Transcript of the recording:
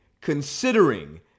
considering